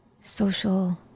social